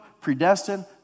predestined